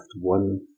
one